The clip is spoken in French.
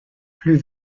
plus